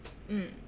mm